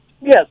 yes